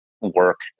work